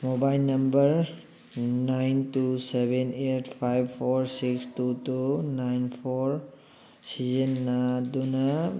mobile number nine two seven eight five four six two two nine four ꯁꯤꯖꯟꯅꯗꯨꯅ